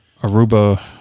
Aruba